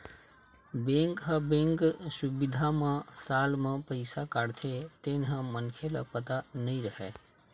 bank ह bank सुबिधा म साल म पईसा काटथे तेन ह मनखे ल पता नई रहय